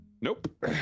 Nope